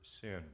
sin